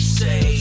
say